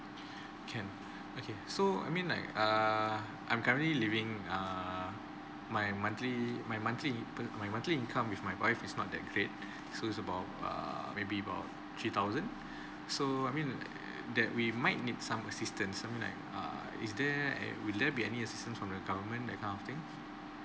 can okay so mean like err I'm currently living err my monthly my monthly inc~ my monthly income with my wife is not that great so it's about err maybe about three thousand so I mean that we might need some assistance I mean like err is there will there be any assistant from the government that kind of thing